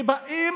ובאים